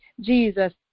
Jesus